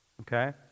Okay